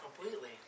completely